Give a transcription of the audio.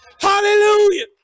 Hallelujah